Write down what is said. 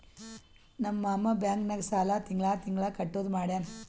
ನಮ್ ಮಾಮಾ ಬ್ಯಾಂಕ್ ನಾಗ್ ಸಾಲ ತಿಂಗಳಾ ತಿಂಗಳಾ ಕಟ್ಟದು ಮಾಡ್ಯಾನ್